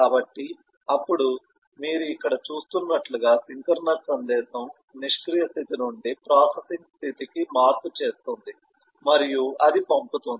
కాబట్టి అప్పుడు మీరు ఇక్కడ చూస్తున్నట్లుగా సింక్రోనస్ సందేశం నిష్క్రియ స్థితి నుండి ప్రాసెసింగ్ స్థితి కి మార్పు చేస్తుంది మరియు అది పంపుతుంది